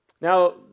Now